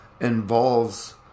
involves